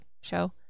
show